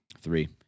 Three